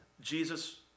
Jesus